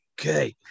Okay